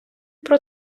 про